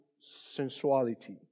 sensuality